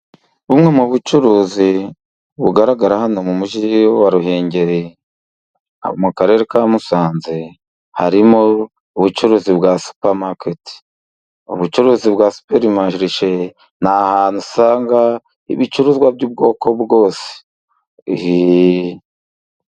Bumwe mu bucuruzi bugaragara hano mu mujyi wa Ruhengeri mu Karere ka Musanze harimo ubucuruzi bwa supamaketi. Ubucuruzi bwa superimarishe ni ahantu usanga ibicuruzwa by'ubwoko bwose.